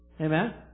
Amen